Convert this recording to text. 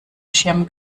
schirm